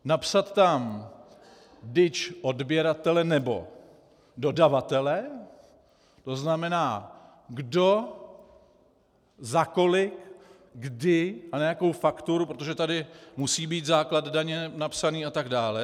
Napsat tam DIČ odběratele nebo dodavatele, to znamená kdo, za kolik, kdy a na jakou fakturu, protože tady musí být základ daně napsaný atd.